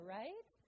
right